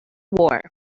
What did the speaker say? war